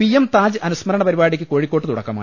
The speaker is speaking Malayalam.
പി എം താജ് അനുസ്മരണ പരിപാടിക്ക് കോഴിക്കോട്ട് തുട ക്കമായി